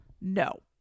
No